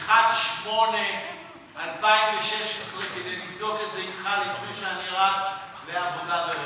1 באוגוסט 2016 כדי לבדוק את זה אתך לפני שאני רץ לעבודה ורווחה.